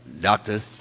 Doctor